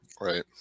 Right